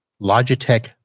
Logitech